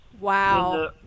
Wow